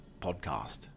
podcast